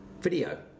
video